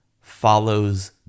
follows